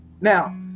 Now